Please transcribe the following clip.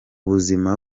buzima